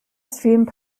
stream